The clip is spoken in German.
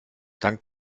dank